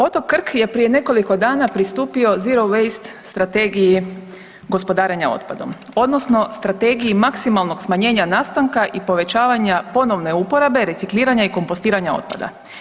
Otok Krk je prije nekoliko dana pristupio „Zero Waste“ strategiji gospodarenja otpadom odnosno strategiji maksimalnog smanjenja nastanka i povećavanja ponovne uporabe, recikliranja i kompostiranja otpada.